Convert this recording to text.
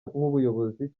nk’ubuyobozi